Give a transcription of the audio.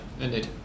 indeed